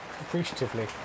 appreciatively